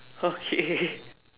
okay